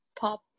pop